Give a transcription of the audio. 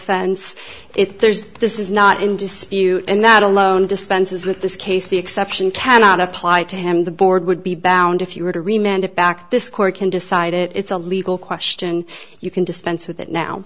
fense if there's this is not in dispute and that alone dispenses with this case the exception cannot apply to him the board would be bound if you were to remained back this court can decide it it's a legal question you can dispense with it now